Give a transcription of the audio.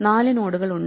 4 നോഡുകൾ ഉണ്ട്